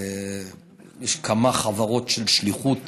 יש כמה חברות של שליחות